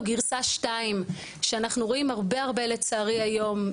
גירסה 2. אנחנו רואים הרבה לצערי היום,